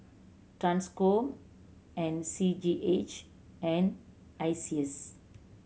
Transcom and C G H and ISEAS